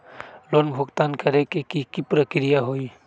Loan भुगतान करे के की की प्रक्रिया होई?